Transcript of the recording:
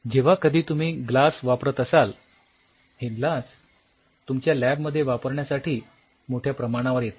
तर आता जेव्हा कधी तुम्ही ग्लास वापरत असाल हे ग्लास तुमच्या लॅब मध्ये वापरण्यासाठी मोठ्या प्रमाणावर येते